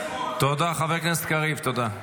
חבר הכנסת קריב, תודה.